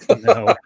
No